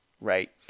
right